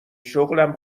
شغلم